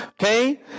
Okay